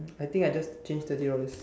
I think I just change thirty dollars